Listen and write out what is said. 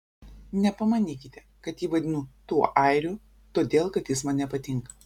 nepamanykite kad jį vadinu tuo airiu todėl kad jis man nepatinka